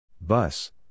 Bus